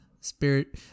spirit